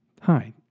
Hi